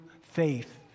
faith